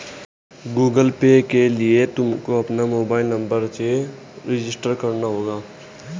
Google Pay के लिए तुमको अपने मोबाईल नंबर से रजिस्टर करना होगा